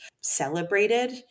celebrated